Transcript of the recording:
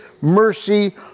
mercy